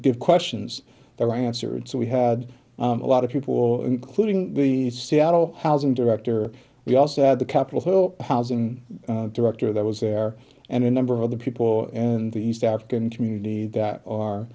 give questions they were answered so we had a lot of people including the seattle housing director we also had the capitol hill housing director that was there and a number of other people and the east african community that our